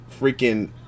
freaking